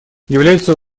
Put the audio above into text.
являются